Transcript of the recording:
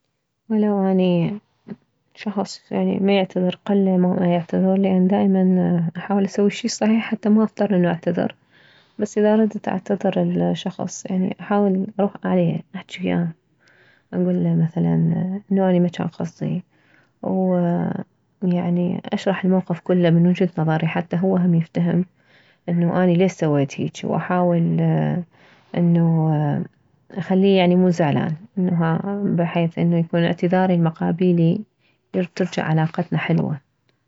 ولو اني شخص يعني ما يعتذر قلما يعتذر لان دائما احاول اسوي الشي الصحيح حتى ما اضطر انه اعتذر بس اذا ردت اعتذر لشخص يعني احاول اروح عليه احجي وياه اكله مثلا انه اني ما جان قصدي ويعني اشرح الموقف كله من وجهة نظري حتى هو هم يفتهم انه اني ليش سويت هيج واحاول انه اخليه يعني مو زعلان بحيث انه يكون اعتذاري لمقابيلي ترجع علاقتنا حلوة